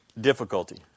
difficulty